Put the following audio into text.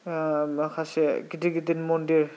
माखासे गिदिर गिदिर मन्दिर